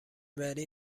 وری